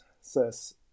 says